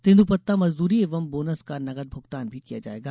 तेंद्रपत्ता मजदूरी एवं बोनस का नगद भुगतान भी किया जायेगा